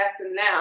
now